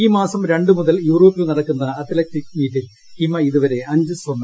ഈ മാസം രണ്ട് മുതൽ യൂറോപ്പിൽ നടക്കുന്ന അത്ലറ്റിക് മീറ്റിൽ ഹിമ ഇതു വരെ അഞ്ച് സ്വർണം നേടി